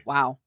Wow